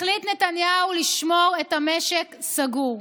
החליט נתניהו לשמור את המשק סגור.